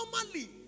Normally